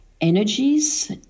energies